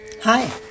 Hi